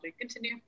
continue